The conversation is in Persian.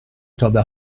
تابه